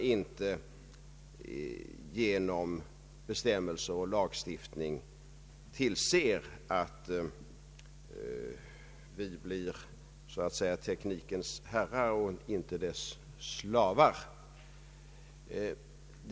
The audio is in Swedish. Vi måste genom bestämmelser och lagstiftning tillse att vi blir teknikens herrar och inte dess slavar.